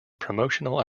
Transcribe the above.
promotional